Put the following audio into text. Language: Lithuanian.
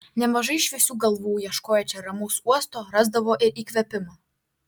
nemažai šviesių galvų ieškoję čia ramaus uosto rasdavo ir įkvėpimą